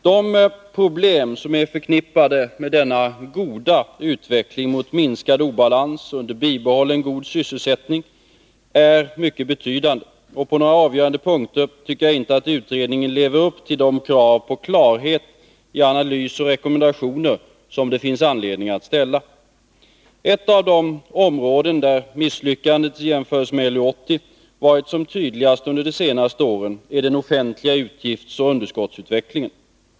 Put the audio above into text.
De problem som är förknippade med denna goda utveckling mot minskad obalans under bibehållen god sysselsättning är mycket betydande, och på några avgörande punkter tycker jag inte att utredningen lever upp till de krav på klarhet i analys och rekommendationer som det finns anledning att ställa. Ett av de områden där misslyckandet i jämförelse med LU 80 varit som tydligast under de senaste åren är den offentliga utgiftsoch underskottsutvecklingen.